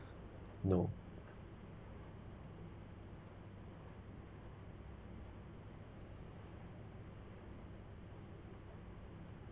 no